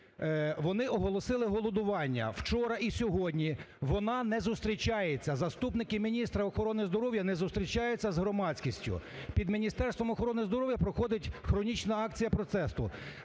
Вони оголосили голодування. Вчора і сьогодні вона не зустрічається. Заступники міністра охорони здоров'я не зустрічаються з громадськістю. Під Міністерством охорони здоров'я проходить хронічна акція протесту.